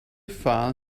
file